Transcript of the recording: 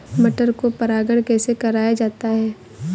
मटर को परागण कैसे कराया जाता है?